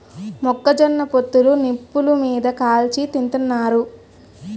మొక్క జొన్న పొత్తులు నిప్పులు మీది కాల్చి తింతన్నారు